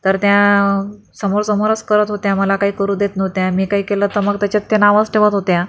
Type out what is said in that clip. तर त्या समोर समोरच कळत होत्या मला काही करू देत नव्हत्या मी काही केलं तर मग याच्यात त्या नावंच ठेवत होत्या